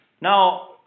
Now